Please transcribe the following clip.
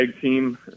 team